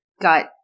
got